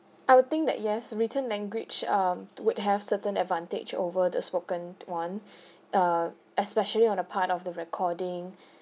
I would think that yes written language um would have certain advantage over the spoken one err especially on the part of the recording